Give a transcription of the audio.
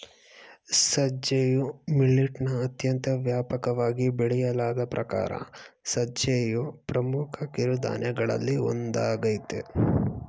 ಸಜ್ಜೆಯು ಮಿಲಿಟ್ನ ಅತ್ಯಂತ ವ್ಯಾಪಕವಾಗಿ ಬೆಳೆಯಲಾದ ಪ್ರಕಾರ ಸಜ್ಜೆಯು ಪ್ರಮುಖ ಕಿರುಧಾನ್ಯಗಳಲ್ಲಿ ಒಂದಾಗಯ್ತೆ